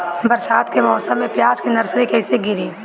बरसात के मौसम में प्याज के नर्सरी कैसे गिरी?